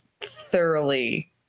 thoroughly